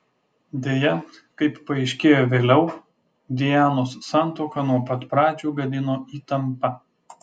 deja kaip paaiškėjo vėliau dianos santuoką nuo pat pradžių gadino įtampa